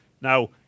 Now